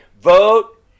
vote